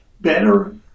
better